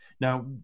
Now